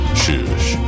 shush